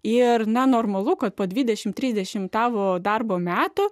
ir nenormalu kad po dvidešim trisdešim tavo darbo metų